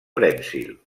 prènsil